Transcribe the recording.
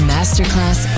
Masterclass